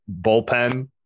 bullpen